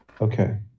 Okay